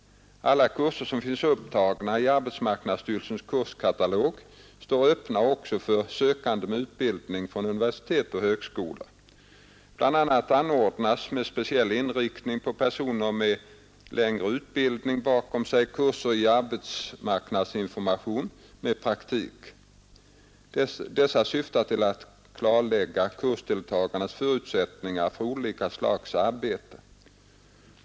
Alla kurser som finns upptagna i arbetsmarknadsstyrelsens kurskatalog står öppna också för sökande med utbildning från universitet och högskolor. Bl. a. anordnas med speciell inriktning på personer med längre utbildning bakom sig kurser i arbetsmarknadsinformation med praktik. Dessa syftar till att klarlägga kursdeltagarnas förutsättningar för olika slags arbete.